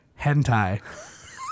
hentai